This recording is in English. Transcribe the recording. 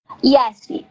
Yes